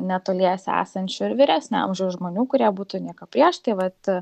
netoliese esančių ir vyresnio amžiaus žmonių kurie būtų nieko prieš tai vat